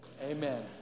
amen